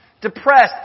depressed